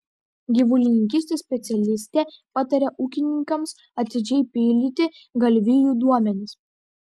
gyvulininkystės specialistė pataria ūkininkams atidžiai pildyti galvijų duomenis